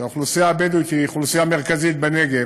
כשהאוכלוסייה הבדואית היא אוכלוסייה מרכזית בנגב,